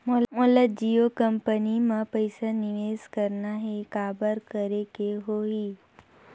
मोला जियो कंपनी मां पइसा निवेश करना हे, काबर करेके होही?